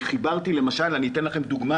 למשל, אתן לכם דוגמה